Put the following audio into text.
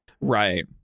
right